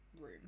room